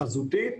חזותית.